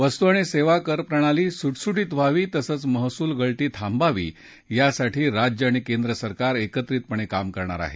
वस्तू आणि सेवा करप्रणाली सुटसुटीत व्हावी तसंच महसूल गळती थांबावी यासाठी राज्य आणि केंद्र सरकार एकत्रितपणे काम करणार आहेत